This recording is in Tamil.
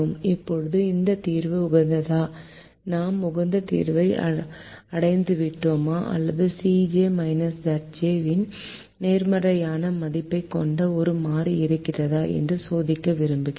இப்போது இந்த தீர்வு உகந்ததா நாம் உகந்த தீர்வை அடைந்துவிட்டோமா அல்லது Cj Zj இன் நேர்மறையான மதிப்பைக் கொண்ட ஒரு மாறி இருக்கிறதா என்று சோதிக்க விரும்புகிறோம்